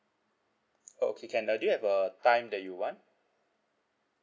okay can uh do you have a time that you want